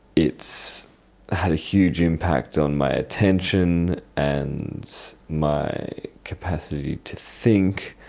it's had a huge impact on my attention and my capacity to think